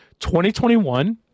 2021